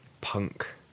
punk